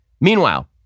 meanwhile